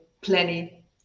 plenty